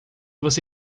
você